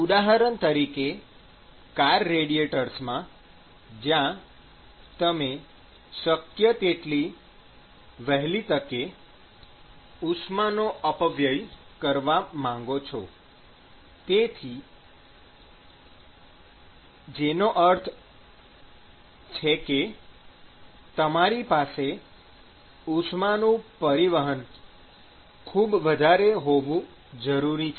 ઉદાહરણ તરીકે કાર રેડિએટર્સમાં જ્યાં તમે શક્ય તેટલી વહેલી તકે ઉષ્માનો અપવ્યય કરવા માંગો છો જેનો અર્થ છે કે તમારી પાસે ઉષ્માનું પરિવહન ખૂબ વધારે હોવું જરૂરી છે